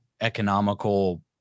economical